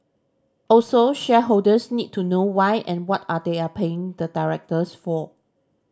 also shareholders need to know why and what are they are paying the directors for